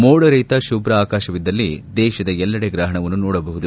ಮೋಡರಹಿತ ಶುಭ್ರ ಆಕಾಶವಿದ್ದಲ್ಲಿ ದೇಶದ ಎಲ್ಲೆಡೆ ಗ್ರಹಣವನ್ನು ನೋಡಬಹುದು